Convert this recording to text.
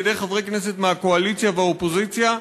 על-ידי חברי כנסת מהקואליציה והאופוזיציה,